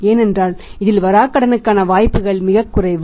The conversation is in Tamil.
ஏனென்றால் இதில் வரக்கடனுக்கான வாய்ப்புகள் மிகக் குறைவு